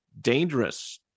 dangerous